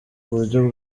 buryo